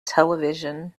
television